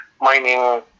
mining